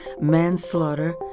manslaughter